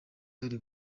ari